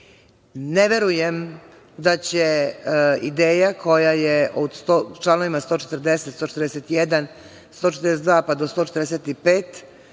verujem da će ideja koja je u članovima 140, 141, 142, pa do 145.